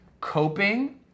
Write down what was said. coping